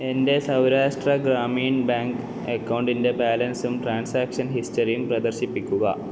എൻ്റെ സൗരാഷ്ട്ര ഗ്രാമീൺ ബാങ്ക് അക്കൗണ്ടിൻ്റെ ബാലൻസും ട്രാൻസാക്ഷൻ ഹിസ്റ്ററിയും പ്രദർശിപ്പിക്കുക